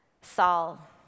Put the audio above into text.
Saul